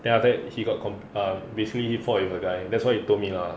then after that he got com~ ah basically he fought with a guy that's what he told me lah